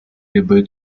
любые